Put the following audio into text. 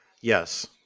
yes